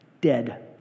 dead